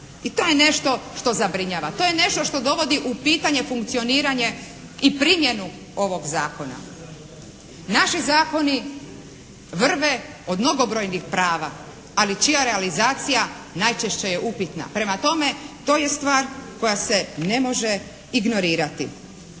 I to je nešto što zabrinjava, to je nešto što dovodi u pitanje funkcioniranje i primjenu ovog zakona. Naši zakonu vrve od mnogobrojnih prava, ali čija realizacija najčešće je upitna. Prema tome to je stvar koja se ne može ignorirati.